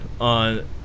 on